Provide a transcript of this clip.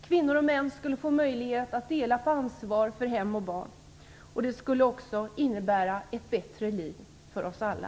Kvinnor och män skulle få möjlighet att dela på ansvar för hem och barn. Det skulle också innebära ett bättre liv för oss alla.